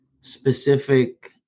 specific